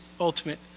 ultimate